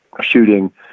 shooting